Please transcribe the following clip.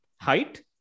height